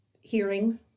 hearing